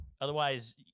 Otherwise